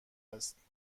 است